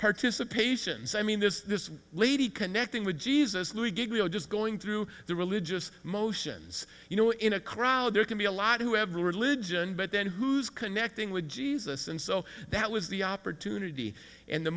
participations i mean this this lady connecting with jesus and we get beyond just going through the religious motions you know in a crowd there can be a lot who have religion but then who's connecting with jesus and so that was the opportunity and the